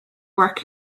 work